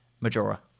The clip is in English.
Majora